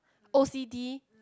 O_C_D